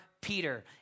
Peter